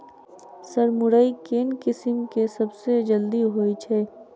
Sir मुरई केँ किसिम केँ सबसँ जल्दी होइ छै?